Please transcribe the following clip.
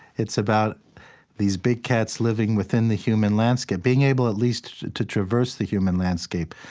it's about these big cats living within the human landscape being able, at least, to traverse the human landscape.